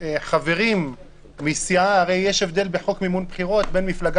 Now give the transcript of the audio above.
אנחנו מבקשים שהם יהיו רשאים להיות נוכחים במתחמים של ספירה